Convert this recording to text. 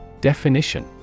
Definition